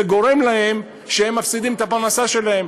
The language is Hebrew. זה גורם לכך שהם מפסידים את הפרנסה שלהם.